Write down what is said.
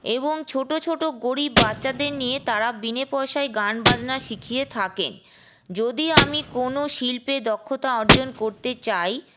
এবং ছোটো ছোটো গরীব বাচ্চাদের নিয়ে তারা বিনা পয়সায় গান বাজনা শিখিয়ে থাকেন যদি আমি কোনো শিল্পে দক্ষতা অর্জন করতে চাই